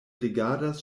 rigardas